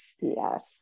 Yes